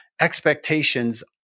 expectations